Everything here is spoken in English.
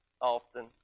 often